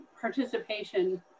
participation